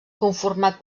conformat